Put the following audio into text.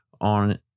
on